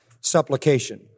supplication